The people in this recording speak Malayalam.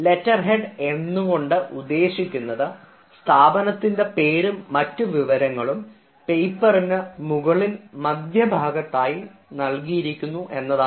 ലെറ്റർ ഹെഡ് എന്നതുകൊണ്ട് ഉദ്ദേശിക്കുന്നത് സ്ഥാപനത്തിൻറെ പേരും മറ്റ് വിവരങ്ങളും പേപ്പറിന് മുകളിൽ മധ്യഭാഗത്തായി നൽകിയിരിക്കുന്നതാണ്